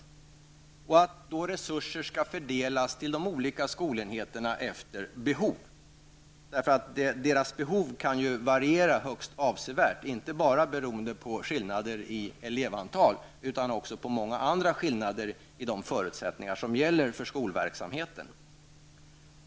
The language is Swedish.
Resurser skall då fördelas till skolenheterna efter behov. Deras behov kan ju variera högst avsevärt, inte bara beroende på skillnader i elevantal utan också på många andra skillnader i de förutsättningar som gäller för skolverksamheten.